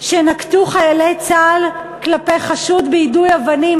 שנקטו חיילי צה"ל כלפי חשוד ביידוי אבנים,